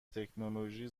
تکنولوژی